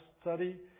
study